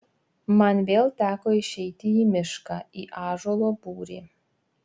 man vėl teko išeiti į mišką į ąžuolo būrį